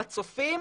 בצופים,